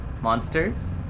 Monsters